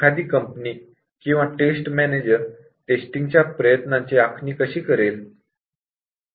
एखादी कंपनी किंवा test manager testing च्या प्रयत्नांची आखणी कशी करेल